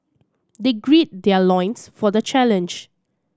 they grid their loins for the challenge